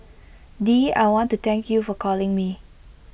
dee I want to thank you for calling me